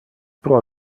pro